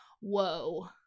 Whoa